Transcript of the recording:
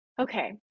Okay